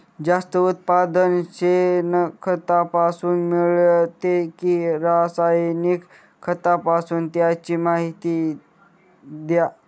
जास्त उत्पादन शेणखतापासून मिळते कि रासायनिक खतापासून? त्याची माहिती द्या